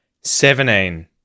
seventeen